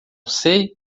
sei